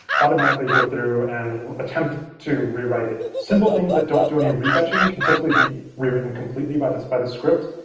automatically go through and attempt to rewrite it. simple things that don't do any re-fetching can certainly be rewritten completely by this, by the script.